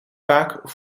vaak